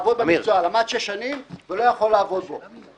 עורכי הדין והוסמך יכול להיות עורך דין.